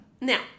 Now